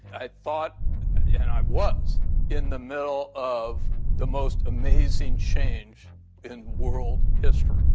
i thought yeah and i was in the middle of the most amazing change in world history.